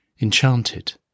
enchanted